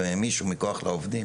כן, שומעים אותי.